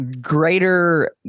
greater